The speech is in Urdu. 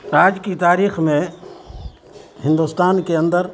آج کی تاریخ میں ہندوستان کے اندر